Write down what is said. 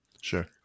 Sure